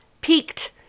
peaked